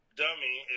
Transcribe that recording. dummy